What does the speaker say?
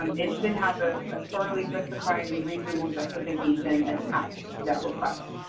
um it should have a ah thoroughly justified and reasonable justification attached to that request.